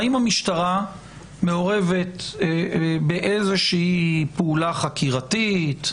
האם המשטרה מעורבת באיזה שהיא פעולה חקירתית,